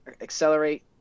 accelerate